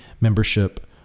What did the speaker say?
membership